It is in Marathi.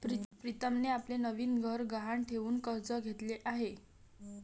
प्रीतमने आपले नवीन घर गहाण ठेवून कर्ज घेतले आहे